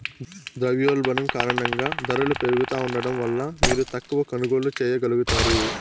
ద్రవ్యోల్బణం కారణంగా దరలు పెరుగుతా ఉండడం వల్ల మీరు తక్కవ కొనుగోల్లు చేయగలుగుతారు